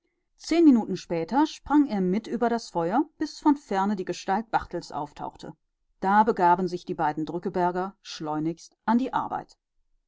zehn minuten später sprang er mit über das feuer bis von ferne die gestalt barthels auftauchte da begaben sich die beiden drückeberger schleunigst an die arbeit